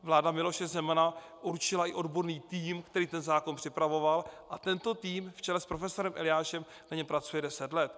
Vláda Miloše Zemana určila i odborný tým, který ten zákon připravoval, a tento tým v čele s profesorem Eliášem na něm pracuje deset let.